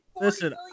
Listen